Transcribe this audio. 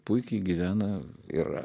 puikiai gyvena ir